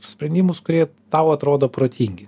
sprendimus kurie tau atrodo protingi